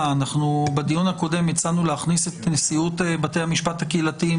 בדיון הקודם הצענו להכניס את נשיאות בתי המשפט הקהילתיים